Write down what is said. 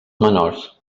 menors